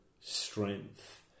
strength